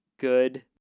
good